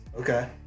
Okay